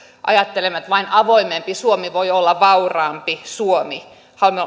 ajattelemme että vain avoimempi suomi voi olla vauraampi suomi